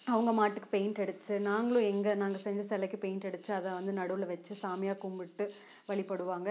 அவங்க மாட்டுக்கு பெயிண்டு அடுத்து நாங்களும் எங்கள் நாங்கள் செஞ்ச சிலைக்கு பெயிண்டை அடுத்து அதை வந்து நடுவில் வச்சு சாமியாக கும்பிட்டு வழிபடுவாங்க அதெல்லாம்